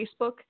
Facebook